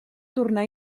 tornar